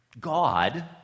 God